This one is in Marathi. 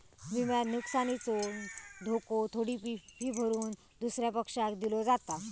विम्यात नुकसानीचो धोको थोडी फी भरून दुसऱ्या पक्षाक दिलो जाता